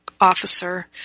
officer